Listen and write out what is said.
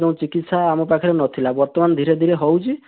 ଯେଉଁ ଆମ ପାଖରେ ନଥିଲା ବର୍ତ୍ତମାନ ଧୀରେ ଧୀରେ ହେଉଛି